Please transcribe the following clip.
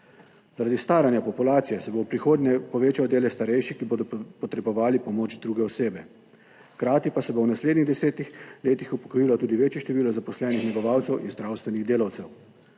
Zaradi staranja populacije se bo v prihodnje povečal delež starejših, ki bodo potrebovali pomoč druge osebe, hkrati pa se bo v naslednjih desetih letih upokojilo tudi večje število zaposlenih negovalcev in zdravstvenih delavcev.